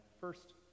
first